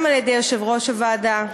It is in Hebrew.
גם על-ידי יושב-ראש הוועדה.